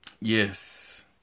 yes